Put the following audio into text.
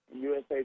USA